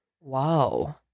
Wow